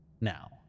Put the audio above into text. Now